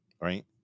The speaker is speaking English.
right